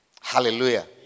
Hallelujah